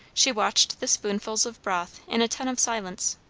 she watched the spoonfuls of broth in attentive silence.